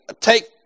take